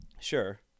Sure